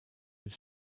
elle